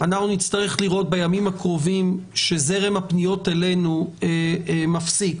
אנחנו נצטרך לראות בימים הקרובים שזרם הפניות אלינו מפסיק.